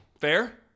Fair